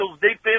defense